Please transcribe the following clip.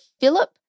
Philip